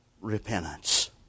repentance